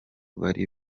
bari